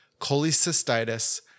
cholecystitis